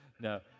no